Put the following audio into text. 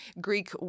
Greek